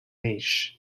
niche